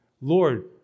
Lord